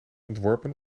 ontworpen